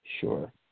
Sure